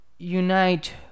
unite